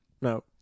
no